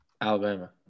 Alabama